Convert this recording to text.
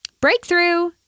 Breakthrough